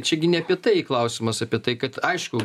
čia gi ne apie tai klausimas apie tai kad aišku